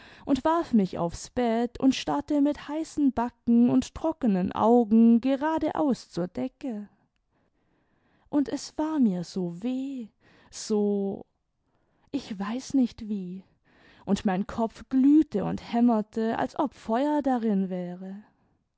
luid warf mich aufs bett xmd starrte mit heißen backen imd trockenen augen geradeaus zur decke und es war mir so weh so ich weiß nicht wie und mein kopf glühte und hämmerte als ob feuer darin wäre